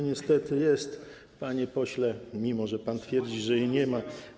Niestety jest, panie pośle, mimo że pan twierdzi, że jej nie ma.